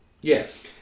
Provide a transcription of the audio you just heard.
Yes